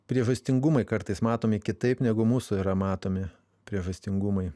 priežastingumai kartais matomi kitaip negu mūsų yra matomi priežastingumai